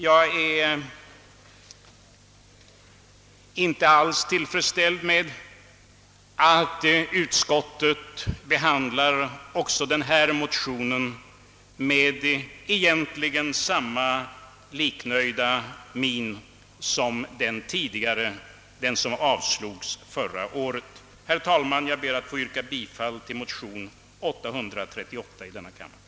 Jag är inte alls till freds med att utskottet behandlar också denna motion med i stort sett samma liknöjdhet som den tidigare, den som avslogs förra året. Herr talman! Jag ber att få yrka bifall till motionen nr 838 i denna kammare.